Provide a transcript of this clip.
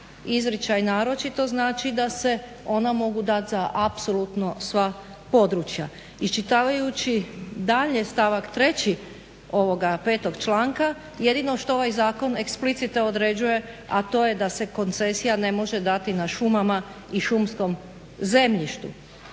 izričaj naročito znači da se ona mogu dat za apsolutno sva područja. Iščitavajući dalje stavak 3. ovoga 5. članka, jedino što ovaj zakon eksplicite određuje, !A to je da se koncesija ne može dati na šumama i šumskom zemljištu.".